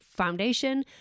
foundation